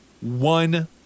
one